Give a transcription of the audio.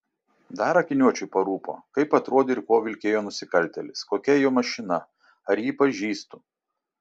dar akiniuočiui parūpo kaip atrodė ir kuo vilkėjo nusikaltėlis kokia jo mašina ar jį pažįstu